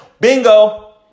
bingo